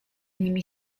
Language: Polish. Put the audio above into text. nimi